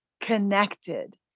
connected